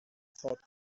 thought